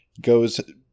goes